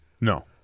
No